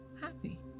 happy